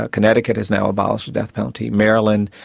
ah connecticut has now abolished the death penalty, maryland,